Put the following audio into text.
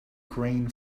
green